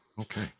Okay